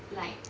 like